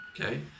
okay